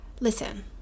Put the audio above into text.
listen